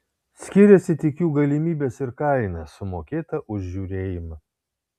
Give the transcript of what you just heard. skiriasi tik jų galimybės ir kaina sumokėta už žiūrėjimą